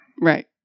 Right